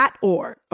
org